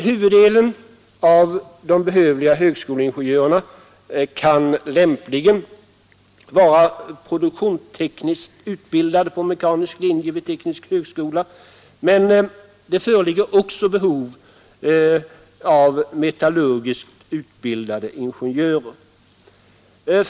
Huvuddelen av de behövliga högskoleingenjörerna kan lämpligen vara produktionstekniskt utbildade på mekanisk linje vid teknisk högskola, men det föreligger också ett behov av metallurgiskt utbildade ingenjörer.